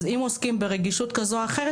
אז אם עוסקים ברגישות כזו או אחרת,